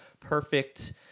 perfect